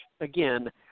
again